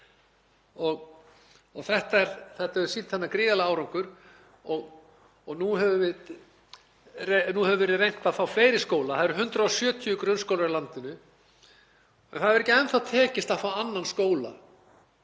Þetta hefur sýnt þennan gríðarlega árangur og nú hefur verið reynt að fá fleiri skóla. Það eru 170 grunnskólar í landinu en það hefur ekki enn þá tekist að fá annan skóla